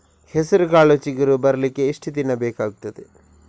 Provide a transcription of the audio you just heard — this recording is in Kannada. ಹೆಸರುಕಾಳು ಚಿಗುರು ಬರ್ಲಿಕ್ಕೆ ಎಷ್ಟು ದಿನ ಬೇಕಗ್ತಾದೆ?